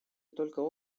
только